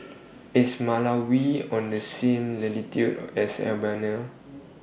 IS Malawi on The same latitude as Albania